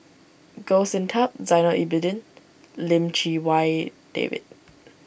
Goh Sin Tub Zainal Abidin Lim Chee Wai David